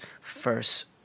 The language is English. first